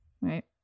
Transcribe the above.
Right